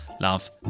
Love